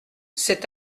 cet